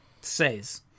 says